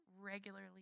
regularly